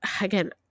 again